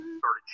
started